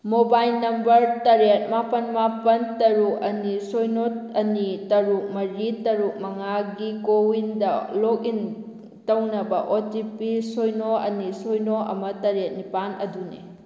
mobile number ꯇꯔꯦꯠ ꯃꯥꯄꯜ ꯃꯥꯄꯜ ꯇꯔꯨꯛ ꯑꯅꯤ ꯁꯤꯅꯣ ꯑꯅꯤ ꯇꯔꯨꯛ ꯃꯔꯤ ꯇꯔꯨꯛ ꯃꯉꯥꯒꯤ ꯀꯣꯋꯤꯟꯗ ꯂꯣꯛꯏꯟ ꯇꯧꯅꯕ ꯑꯣ ꯇꯤ ꯄꯤ ꯁꯤꯅꯣ ꯑꯅꯤ ꯁꯤꯅꯣ ꯑꯃ ꯇꯔꯦꯠ ꯅꯤꯄꯥꯜ ꯑꯗꯨꯅꯤ